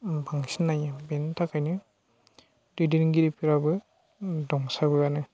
बांसिन नायो बेनि थाखायनो दैदेनगिरिफोराबो दंसाबोआनो